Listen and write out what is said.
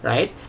Right